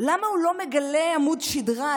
למה הוא לא מגלה עמוד שדרה?